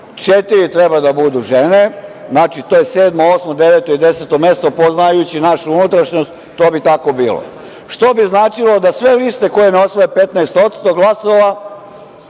četiri treba da budu žene, znači, to je sedmo, osmo, deveto i deseto mesto poznavajući našu unutrašnjost, to bi tako bilo, što bi znači da sve liste koje ne osvoje 15% glasova